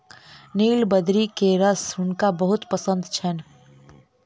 नीलबदरी के रस हुनका बहुत पसंद छैन